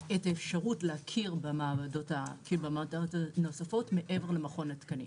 את האפשרות להכיר במעבדות הנוספות מעבר למכון התקנים.